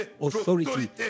authority